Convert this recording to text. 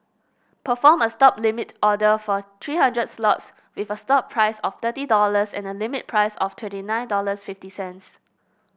perform a stop limit order for three hundred lots with a stop price of thirty dollars and a limit price of twenty nine dollars fifty cents